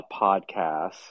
podcast